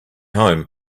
home